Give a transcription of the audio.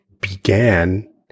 began